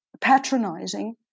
patronizing